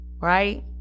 right